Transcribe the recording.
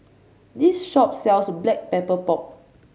this shop sells Black Pepper Pork